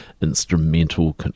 instrumental